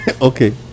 Okay